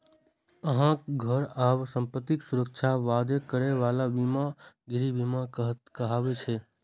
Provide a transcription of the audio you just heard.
अहांक घर आ संपत्तिक सुरक्षाक वादा करै बला बीमा गृह बीमा कहाबै छै